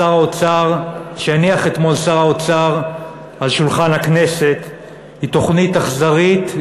שהניח אתמול שר האוצר על שולחן הכנסת היא תוכנית אכזרית,